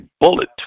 bullet